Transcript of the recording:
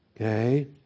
Okay